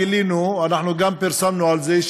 גילינו גם פרסמנו את זה,